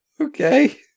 Okay